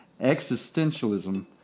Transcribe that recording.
existentialism